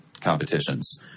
competitions